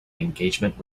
engagement